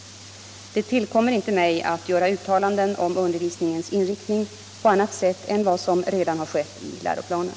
Det tillkommer inte mig att göra uttalanden om undervisningens inriktning på annat sätt än vad som redan har skett i läroplanen.